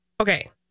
Okay